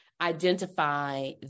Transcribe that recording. identify